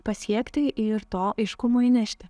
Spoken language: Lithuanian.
pasiekti ir to aiškumų įnešti